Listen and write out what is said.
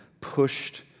pushed